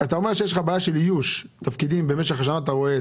אתה אומר שיש לך בעיה של איוש תפקידים שבמשך השנה אתה רואה את זה.